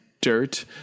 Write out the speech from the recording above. dirt